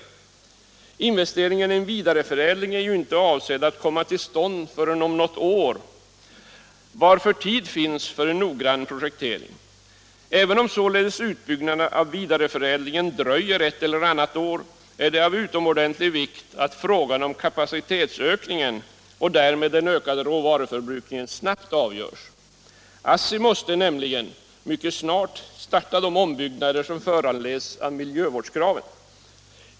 En investering i en vidareförädling är ju inte avsedd att komma till stånd förrän om något år, varför tid finns för en noggrann projektering. Även om således utbyggnaden av vidareförädlingen dröjer ett eller annat år är det av utomordentlig vikt att frågan om kapacitetsökningen och därmed en ökad råvaruförbrukning snabbt avgörs. ASSI måste nämligen mycket snart starta de ombyggnader som föranleds av miljövårdskraven.